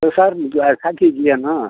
तो सर ऐसा कीजिए न